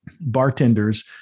bartenders